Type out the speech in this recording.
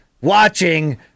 watching